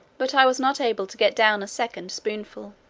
but i was not able to get down a second spoonful.